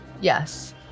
Yes